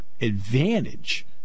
advantage